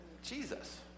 Jesus